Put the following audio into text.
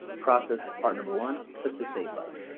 process part number one click the save button.